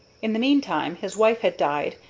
in the meantime his wife had died,